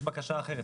יש בקשה אחרת,